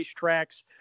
racetracks